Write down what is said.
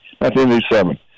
1987